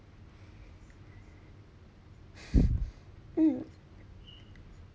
mm